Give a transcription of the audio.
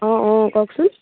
অঁ অঁ কওকচোন